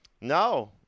No